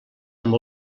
amb